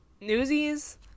Newsies